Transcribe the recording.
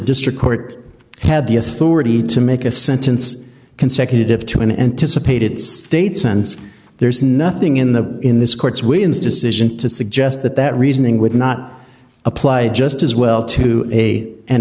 district court had the authority to make a sentence consecutive to an anticipated state since there is nothing in the in this court's wins decision to suggest that that reasoning would not apply just as well to a an